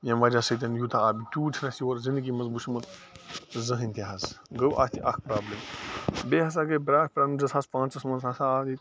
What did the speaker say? ییٚمہِ وجہ سۭتۍ یوٗتاہ آب تیٛوت چھُنہٕ اسہِ یورٕ زندگی منٛز وُچھمُت زٕہٲنۍ تہِ حظ گوٚو اَتھ یہِ اَکھ پرٛابلِم بیٚیہِ ہسا گٔے بیٛاکھ پرٛابلِم زٕ ساس پٲنٛژَس منٛز ہسا آو ییٚتہِ